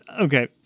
okay